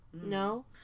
No